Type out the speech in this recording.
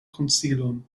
konsilon